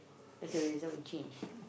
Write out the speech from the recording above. there's a reason we change